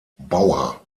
bauer